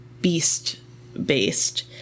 beast-based